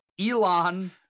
Elon